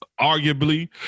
arguably